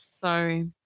Sorry